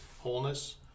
wholeness